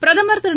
பிரதம் திரு